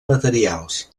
materials